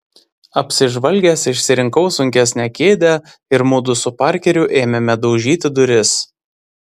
apsižvalgęs išsirinkau sunkesnę kėdę ir mudu su parkeriu ėmėme daužyti duris